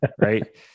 Right